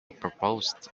proposed